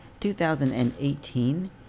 2018